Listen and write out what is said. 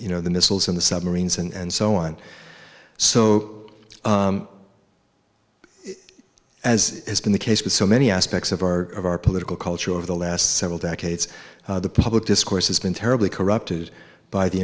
you know the missiles in the submarines and so on so as has been the case with so many aspects of our of our political culture over the last several decades the public discourse has been terribly corrupted by the